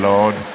Lord